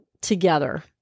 together